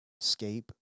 escape